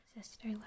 Sister